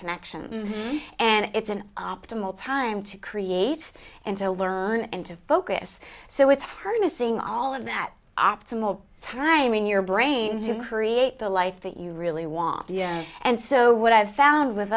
connections and it's an optimal time to create and to learn and to focus so it's hard missing all of that optimal time in your brain to create the life that you really want d n a and so what i've found with